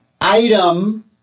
item